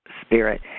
spirit